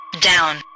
down